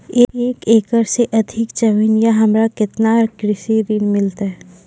एक एकरऽ से अधिक जमीन या हमरा केतना कृषि ऋण मिलते?